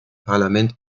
parlament